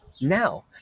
now